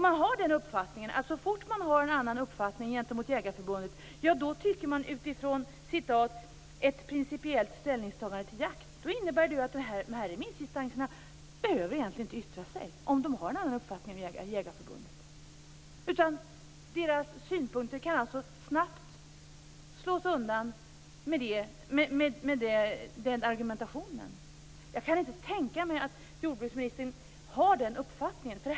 Tycker man att det, så fort någon har en annan uppfattning gentemot Jägareförbundet, handlar om "ett principiellt ställningstagande till jakt"? Då innebär det att dessa remissinstanser egentligen inte behöver yttra sig om de har en annan uppfattning än Jägareförbundet. Deras synpunkter kan alltså snabbt slås undan med den argumentationen. Jag kan inte tänka mig att jordbruksministern har den uppfattningen.